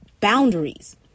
boundaries